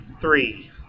three